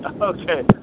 Okay